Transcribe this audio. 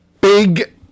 big